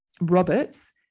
Roberts